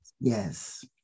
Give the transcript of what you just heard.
Yes